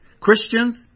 Christians